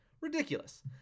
ridiculous